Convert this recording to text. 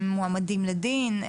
מועמדים לדין?